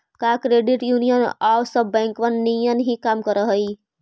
का credit union आउ सब बैंकबन नियन ही काम कर हई?